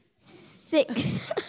Six